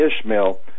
Ishmael